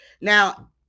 Now